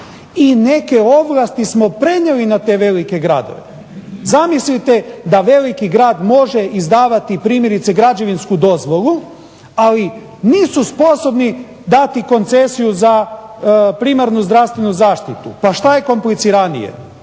I neke ovlasti smo prenijeli na te velike gradove. Zamislite da veliki grad može izdavati primjerice građevinsku dozvolu, ali nisu sposobni dati koncesiju za primarnu zdravstvenu zaštitu. Pa što je kompliciranije?